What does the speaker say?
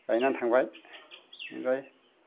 गायनानै थांबाय ओमफ्राय